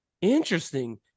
interesting